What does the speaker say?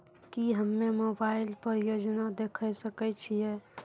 की हम्मे मोबाइल पर योजना देखय सकय छियै?